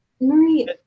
Marie